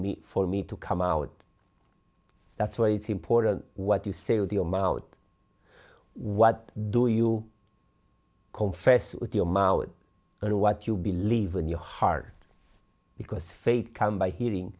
me for me to come out that's why it's important what you say the arm out what do you confess with your mouth and what you believe in your heart because faith comes by hearing